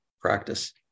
practice